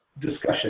discussion